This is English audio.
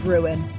Ruin